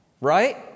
right